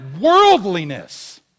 worldliness